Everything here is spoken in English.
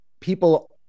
people